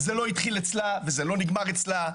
זה לא התחיל אצלה וזה לא נגמר אצלה,